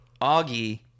Augie